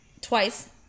twice